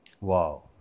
Wow